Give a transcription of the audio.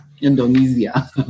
Indonesia